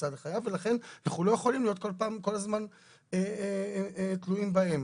ולכן אנחנו לא יכולים להיות כל הזמן תלויים בהם.